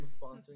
sponsoring